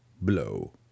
blow